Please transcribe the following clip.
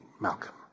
Malcolm